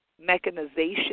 mechanization